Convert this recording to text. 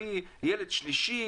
להביא ילד שלישי,